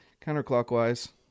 counterclockwise